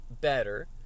better